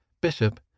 Bishop